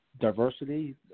diversity